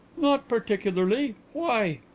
not particularly. why?